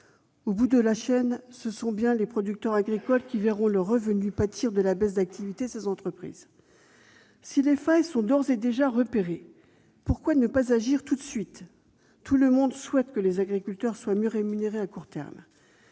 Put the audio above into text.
Au bout de la chaîne, ce sont bien les producteurs agricoles qui verront leurs revenus pâtir de la baisse d'activité de ces entreprises. Si les failles sont d'ores et déjà repérées, pourquoi ne pas agir tout de suite ? Tout le monde souhaite que les agriculteurs soient mieux rémunérés à court terme.